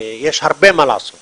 יש הרבה מה לעשות